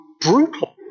brutal